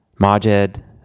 Majed